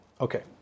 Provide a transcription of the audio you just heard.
okay